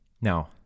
Now